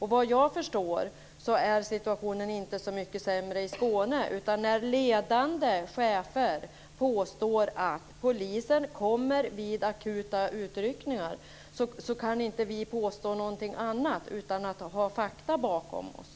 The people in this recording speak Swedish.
Såvitt jag förstår är situationen inte så mycket sämre i Skåne, utan när ledande chefer påstår att polisen kommer vid akuta utryckningar, så kan inte vi påstå någonting annat utan att ha fakta bakom oss.